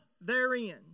therein